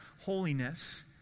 holiness